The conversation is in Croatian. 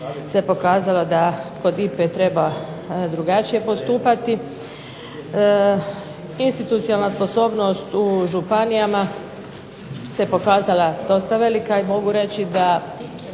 se pokazalo da kod IPA-e treba drugačije postupati. Institucionalna sposobnost u županijama se pokazala dosta velika i mogu reći da